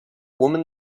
woman